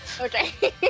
Okay